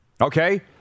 okay